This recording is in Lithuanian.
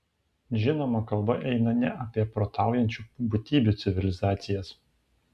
žinoma kalba eina ne apie protaujančių būtybių civilizacijas